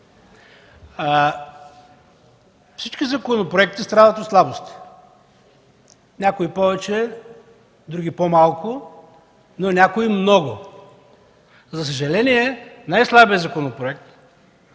Всички законопроекти страдат от слабости, някои повече, някои по-малко, но някои – много. За съжаление, най-слабият законопроект